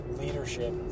leadership